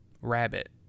rabbit